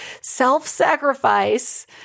self-sacrifice